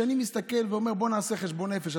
אני מסתכל ואומר: בואו נעשה חשבון נפש.